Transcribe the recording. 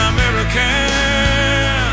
American